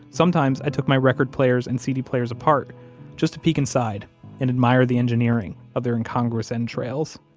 sometimes i took my record players and cd players apart just to peek inside and admire the engineering of their incongruous entrails.